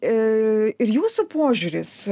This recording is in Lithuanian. ir ir jūsų požiūris